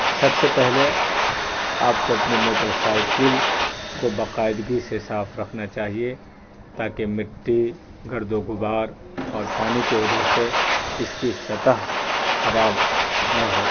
سب سے پہلے آپ کو اپنی موٹر سائیکل کو باقاعدگی سے صاف رکھنا چاہیے تاکہ مٹی گرد و گبار اور پانی کی وجہ سے اس کی سطح خراب نہ ہو